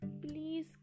please